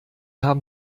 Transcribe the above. haben